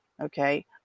Okay